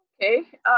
Okay